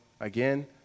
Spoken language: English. again